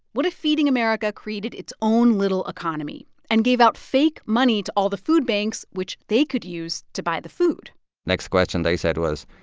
what if feeding america created its own little economy and gave out fake money to all the food banks, which they could use to buy the food the next question they said, was,